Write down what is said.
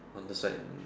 on the side lah